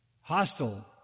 hostile